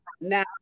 now